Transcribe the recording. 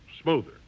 smoother